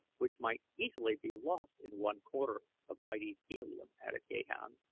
which might easily be lost in one corner of mighty helium, added gahan.